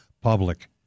public